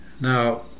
Now